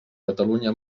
catalunya